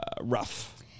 rough